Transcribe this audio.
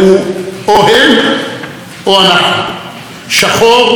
שחור או לבן,